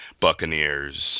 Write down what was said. Buccaneers